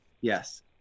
Yes